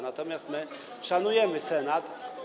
Natomiast my szanujemy Senat.